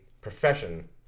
profession